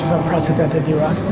so unprecedented d rock.